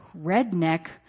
redneck